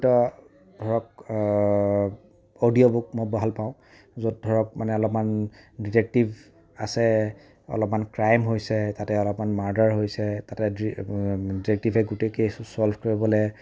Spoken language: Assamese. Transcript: ধৰক অডিঅ' বুক মই ভাল পাওঁ য'ত ধৰক মানে অলপমান ডিটেক্টিভ আছে অলপমান ক্ৰাইম হৈছে তাতে অলপমান মাৰ্দাৰ হৈছে তাতে ডিটেক্টিভে গোটেই কেছটো ছ'লভ কৰিবলে